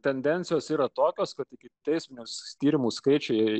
tendencijos yra tokios kad ikiteisminius tyrimus skaičiai